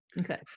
okay